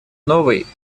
новой